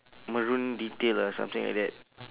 maroon detail ah something like that